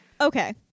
Okay